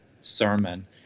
sermon